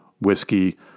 whiskey